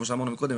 כמו שאמרנו מקודם,